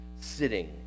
sitting